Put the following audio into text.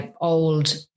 old